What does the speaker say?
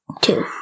two